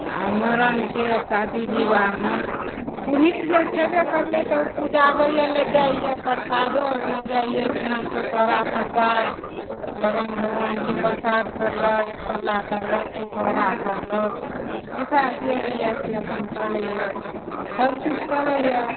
आ मरणके शादी विवाहमे पुरहित जे छबय करलै तऽ ओ पूजाबै लऽ जाइए प्रसादोमे आओरमे जाइए जेना चौपहरा प्रसाद सत्यनारायण भगवानके प्रसाद करलऽ एकपरला करलक चौपहरा करलक जेकरा जे होइए से अपन करयए सभकिछु करयए